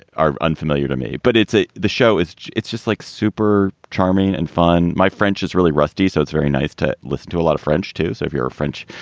are unfamiliar to me. but it's ah the show is it's just like super charming and fun. my french is really rusty, so it's very nice to listen to a lot of french, too. so if you're french,